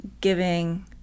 giving